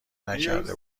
نکرده